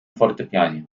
fortepianie